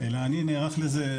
אלא אני נערך לזה,